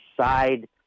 side